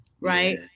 right